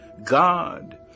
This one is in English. God